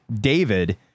david